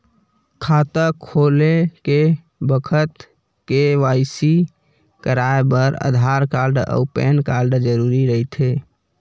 खाता खोले के बखत के.वाइ.सी कराये बर आधार कार्ड अउ पैन कार्ड जरुरी रहिथे